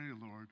lord